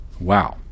Wow